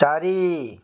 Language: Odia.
ଚାରି